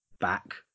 back